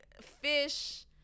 fish